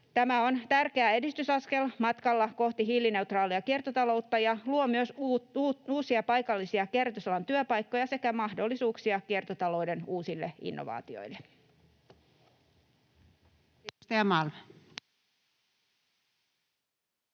Tämä on tärkeä edistysaskel matkalla kohti hiilineutraalia kiertotaloutta ja luo myös uusia paikallisia kierrätysalan työpaikkoja sekä mahdollisuuksia kiertotalouden uusille innovaatioille. [Speech